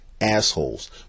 assholes